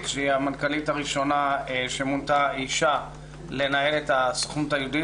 מנכ"לית שהיא המנכ"ל הראשונה שמונתה אישה לנהל את הסוכנות היהודית,